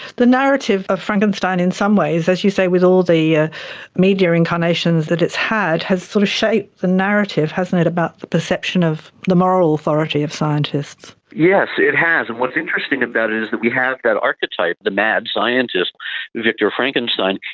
the narrative of frankenstein in some ways, as you say, with all the ah media incarnations that it's had, has sort of shaped the narrative, hasn't it, about the perception of the moral authority of scientists. yes, it has, and what's interesting about it is that we have that archetype, the mad scientist victor frankenstein,